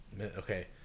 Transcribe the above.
Okay